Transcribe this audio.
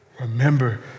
Remember